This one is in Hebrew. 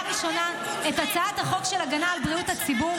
ראשונה את הצעת חוק הגנה על בריאות הציבור